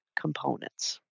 components